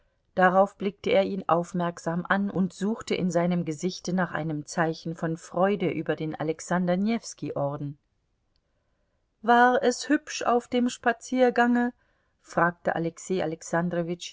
darauf blickte er ihn aufmerksam an und suchte in seinem gesichte nach einem zeichen von freude über den alexander newski orden war es hübsch auf dem spaziergange fragte alexei